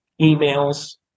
emails